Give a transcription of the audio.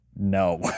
no